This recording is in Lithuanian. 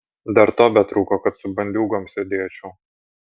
dar to betrūko kad su bandiūgom sėdėčiau